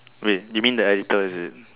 wait you mean the editor is it